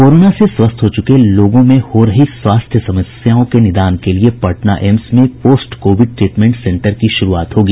corona से स्वस्थ हो चुके लोगों में हो रही स्वास्थ्य समस्याओं के निदान के लिए पटना एम्स में पोस्ट कोविड ट्रीटमेंट सेंटर की शुरूआत होगी